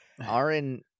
Aaron